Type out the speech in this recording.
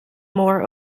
more